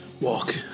Walk